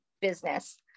business